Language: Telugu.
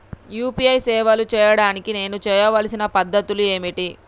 యూ.పీ.ఐ సేవలు చేయడానికి నేను చేయవలసిన పద్ధతులు ఏమిటి?